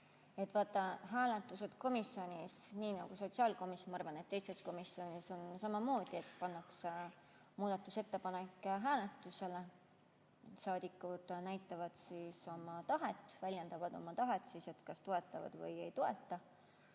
hääletused komisjonis, nii nagu sotsiaalkomisjonis, ma arvan, et teistes komisjonides on samamoodi, et pannakse muudatusettepanek hääletusele, saadikud näitavad oma tahet, väljendavad oma tahet [sellega], et toetavad või ei toeta